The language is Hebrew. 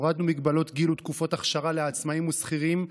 הורדנו מגבלות גיל ותקופות אכשרה לעצמאים ושכירים,